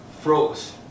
froze